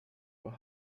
were